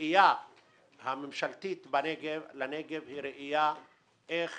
שהראייה הממשלתית לנגב היא ראייה איך